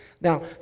Now